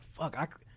fuck